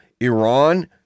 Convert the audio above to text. Iran